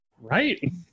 Right